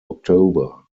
october